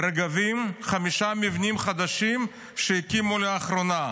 חמישה מבנים חדשים שהקימו לאחרונה.